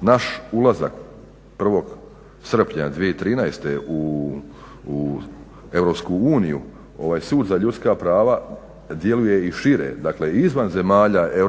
naš ulazak 1.srpnja 2013.u EU ovaj sud za ljudska prava djeluje i šire i izvan zemalja EU